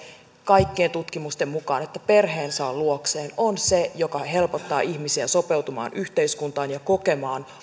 kaikkien tutkimusten mukaan nimenomaan se että perheen saa luokseen on se mikä helpottaa ihmisiä sopeutumaan yhteiskuntaan ja kokemaan